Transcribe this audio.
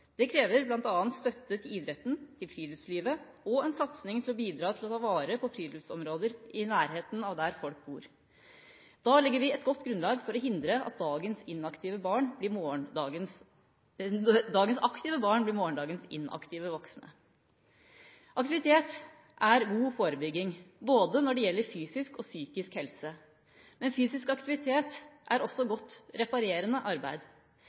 Det krever bl.a. støtte til idretten, til friluftslivet og en satsing for å bidra til å ta vare på friluftsområder i nærheten av der folk bor. Da legger vi et godt grunnlag for å hindre at dagens aktive barn blir morgendagens inaktive voksne. Aktivitet er god forebygging både når det gjelder fysisk og psykisk helse. Men fysisk aktivitet er også godt reparerende arbeid.